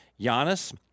Giannis